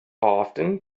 often